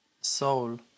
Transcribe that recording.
soul